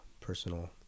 personal